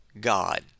God